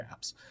apps